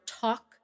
talk